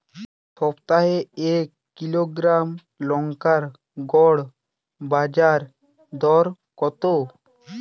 সপ্তাহে এক কিলোগ্রাম লঙ্কার গড় বাজার দর কতো?